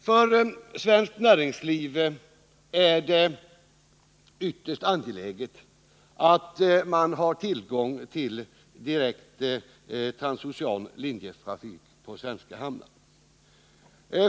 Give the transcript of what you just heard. För svenskt näringsliv är det ytterst angeläget att ha tillgång till direkt transocean linjetrafik på svenska hamnar.